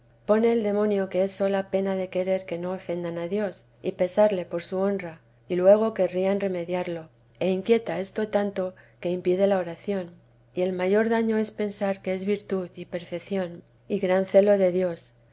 pone el demonio que es sola pena de querer que no ofendan a dios y pesarle por su honra y luego querrían remediarlo e inquieta esto tanto que impide la oración y el mayor daño es pensar que es virtud y perfección y gran celo de dios